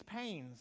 pains